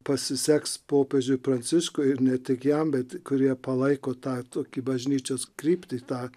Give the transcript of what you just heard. pasiseks popiežiui pranciškui ir ne tik jam bet kurie palaiko tą tokį bažnyčios kryptį tą